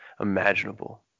imaginable